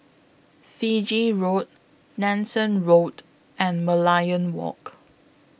Fiji Road Nanson Road and Merlion Walk